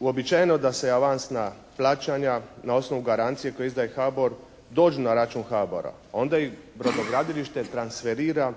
Uobičajeno je da se avansna plaćanja na osnovu garancije koju izdaje HABOR dođu na račun HABOR-a onda ih brodogradilište transferira